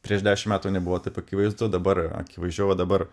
prieš dešimt metų nebuvo taip akivaizdu dabar akivaizdžiau va dabar